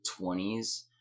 20s